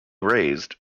raised